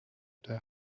der